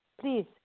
please